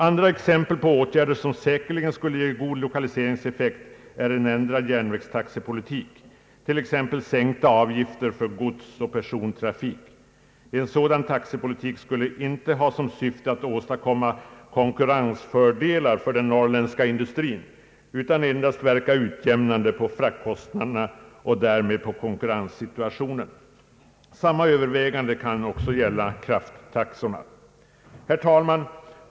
Andra exempel på åtgärder som säkerligen skulle ge god lokaliseringseffekt är ändrad järnvägstaxepolitik, t.ex. sänkta avgifter för godsoch persontrafik. En sådan taxepolitik skulle inte ha till syfte att åstadkomma konkurrensfördelar för den norrländska industrin utan endast att verka utjämnande på fraktkostnaderna och därmed på konkurrenssituationen. Samma övervägande kan också gälla krafttaxorna. Herr talman!